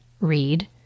read